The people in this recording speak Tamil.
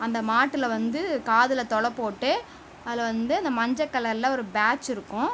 அந்த மாட்டில் வந்து காதில் துள போட்டு அதில் வந்து அந்த மஞ்ச கலரில் ஒரு பேட்ச் இருக்கும்